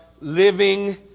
living